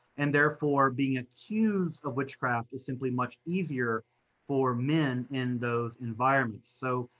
and therefore being accused of witchcraft is simply much easier for men in those environments. so,